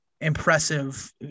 impressive